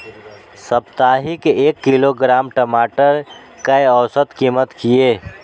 साप्ताहिक एक किलोग्राम टमाटर कै औसत कीमत किए?